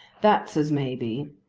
that's as may be.